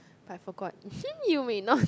I forgot you may not